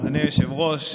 אדוני היושב-ראש,